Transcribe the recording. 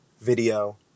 video